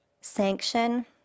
sanction